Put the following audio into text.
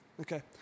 Okay